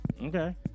Okay